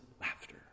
laughter